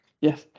Yes